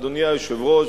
אדוני היושב-ראש,